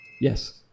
Yes